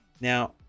Now